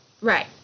Right